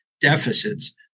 deficits